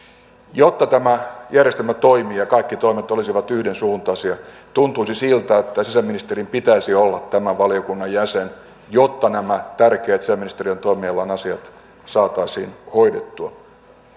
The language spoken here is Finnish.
jotta tämä järjestelmä toimii ja kaikki toimet olisivat yhdensuuntaisia tuntuisi siltä että sisäministerin pitäisi olla tämän valiokunnan jäsen jotta nämä tärkeät sisäministeriön toimialan asiat saataisiin hoidettua